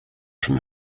from